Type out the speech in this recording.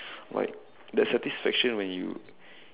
like that satisfaction when you